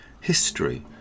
history